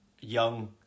young